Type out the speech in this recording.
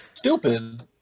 Stupid